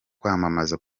kwamamaza